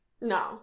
No